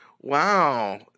Wow